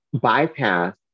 bypass